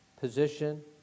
position